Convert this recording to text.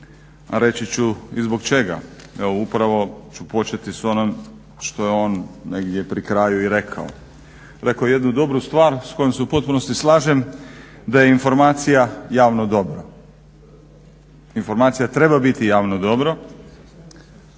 reći ću i zbog čega. Evo upravo ću početi s onim što je on negdje pri kraju rekao. Rekao je jednu dobru stvar s kojom se u potpunosti slažem da je informacija javno dobro. informacija treba biti javno dobro.